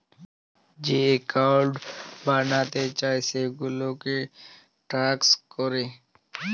যে একাউল্ট বালাতে চায় সেগুলাকে ট্র্যাক ক্যরে